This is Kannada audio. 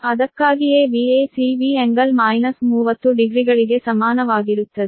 ಅದಕ್ಕಾಗಿಯೇ Vac V∟ 30 ಡಿಗ್ರಿಗಳಿಗೆ ಸಮಾನವಾಗಿರುತ್ತದೆ